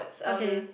okay